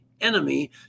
enemy